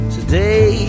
Today